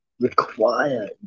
require